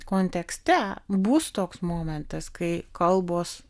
kontekste bus toks momentas kai kalbos